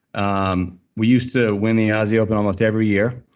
um we used to win the aussie open almost every year,